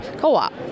co-op